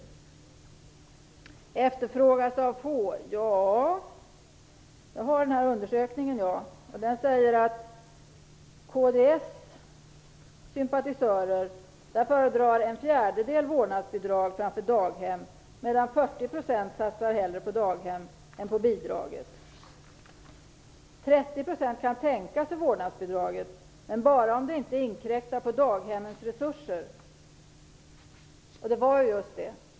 Vi talade om att vårdnadsbidraget efterfrågas av få. Jag har undersökningen här. Den säger att en fjärdedel av kds sympatisörer föredrar vårdnadsbidrag framför daghem, medan 40 % hellre satsar på daghem än på bidraget. 30 % kan tänka sig vårdnadsbidraget, men bara om det inte inkräktar på daghemmets resurser. Det var ju just det.